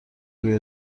روی